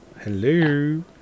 Hello